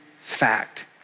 fact